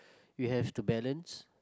you have to balance